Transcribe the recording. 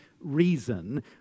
reason